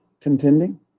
contending